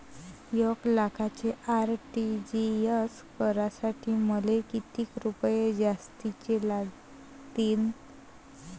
एक लाखाचे आर.टी.जी.एस करासाठी मले कितीक रुपये जास्तीचे लागतीनं?